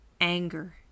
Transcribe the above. Anger